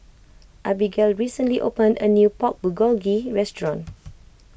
Abigale recently opened a new Pork Bulgogi restaurant